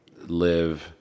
live